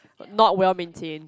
not well maintained